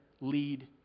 lead